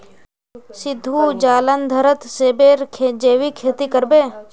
सिद्धू जालंधरत सेबेर जैविक खेती कर बे